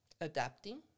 adapting